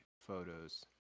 photos